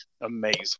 Amazing